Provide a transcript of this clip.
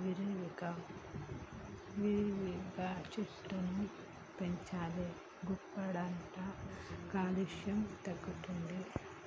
విరివిగా చెట్లను పెంచాలి గప్పుడే కాలుష్యం తగ్గుద్ది